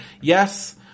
yes